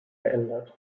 verändert